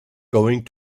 going